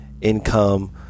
income